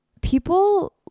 people